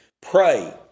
pray